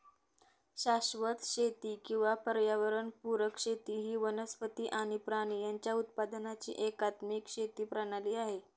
शाश्वत शेती किंवा पर्यावरण पुरक शेती ही वनस्पती आणि प्राणी यांच्या उत्पादनाची एकात्मिक शेती प्रणाली आहे